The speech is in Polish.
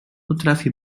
potrafię